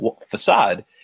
facade